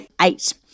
eight